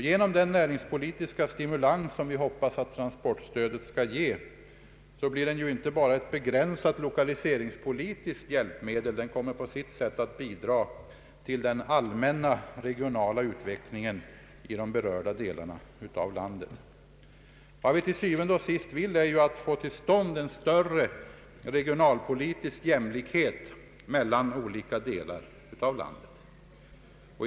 Genom den näringspolitiska stimulans som transportstödet är avsett att ge blir det inte bara ett begränsat lokaliseringspolitiskt hjälpmedel; det kommer på sitt sätt att bidra till den allmänna regionala utvecklingen i dessa delar av landet. Vad vi til syvende og sidst vill är ju att få till stånd en större regionalpolitisk jämlikhet mellan olika delar av landet.